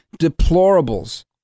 deplorables